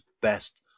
best